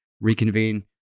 reconvene